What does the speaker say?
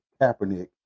kaepernick